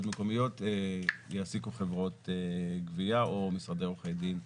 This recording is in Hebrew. מקומיות יעסיקו חברות גבייה או משרדי עורכי דין.